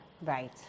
Right